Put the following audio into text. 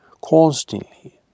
constantly